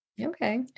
Okay